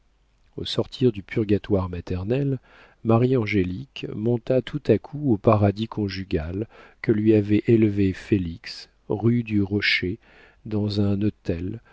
au sortir du purgatoire maternel marie angélique monta tout à coup au paradis conjugal que lui avait élevé félix rue du rocher dans un hôtel